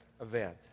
event